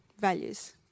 values